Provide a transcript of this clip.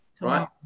right